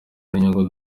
n’inyungu